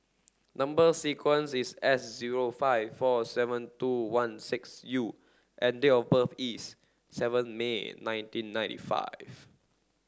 number sequence is S zero five four seven two one six U and date of birth is seven May nineteen ninety five